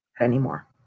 anymore